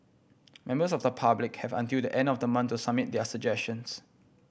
members of the public have until the end of the month to submit their suggestions